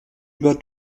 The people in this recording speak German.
über